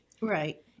Right